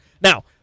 Now